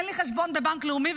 אין לי חשבון בבנק לאומי,